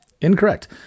Incorrect